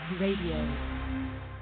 radio